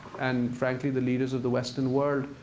and frankly the leaders of the western world,